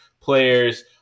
players